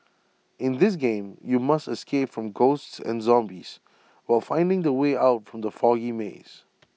in this game you must escape from ghosts and zombies while finding the way out from the foggy maze